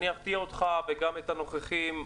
אני אפתיע אותך וגם את הנוכחיים.